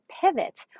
pivot